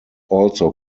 also